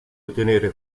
ottenere